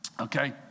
okay